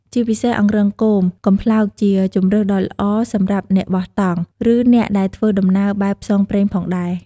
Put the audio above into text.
ជាពិសេសអង្រឹងគមកំប្លោកជាជម្រើសដ៏ល្អសម្រាប់អ្នកបោះតង់ ឬអ្នកដែលធ្វើដំណើរបែបផ្សងព្រេងផងដែរ។